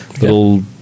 little